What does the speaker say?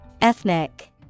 Ethnic